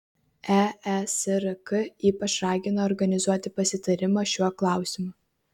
eesrk ypač ragina organizuoti pasitarimą šiuo klausimu